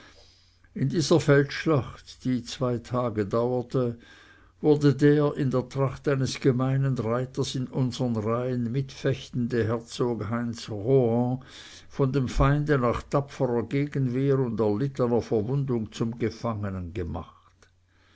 in dieser feldschlacht die zwei tage dauerte wurde der in der tracht eines gemeinen reiters in unsern reihen mitfechtende herzog heinz rohan von dem feinde nach tapferer gegenwehr und erlittener verwundung zum gefangenen gemacht